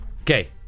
Okay